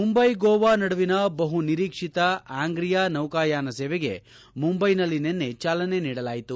ಮುಂಬೈ ಗೋವಾ ನಡುವಿನ ಬಹು ನಿರೀಕ್ಷಿತ ಆಂಗ್ರಿಯಾ ನೌಕಾಯಾನ ಸೇವೆಗೆ ಮುಂಬೈನಲ್ಲಿ ನಿನ್ನೆ ಚಾಲನೆ ನೀಡಲಾಯಿತು